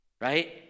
Right